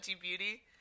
Beauty